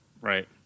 Right